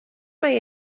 mai